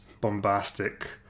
bombastic